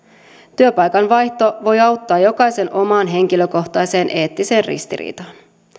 työpaikan vaihto voi auttaa jokaisen omaan henkilökohtaiseen eettiseen ristiriitaan